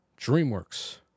DreamWorks